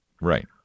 Right